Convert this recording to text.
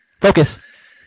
focus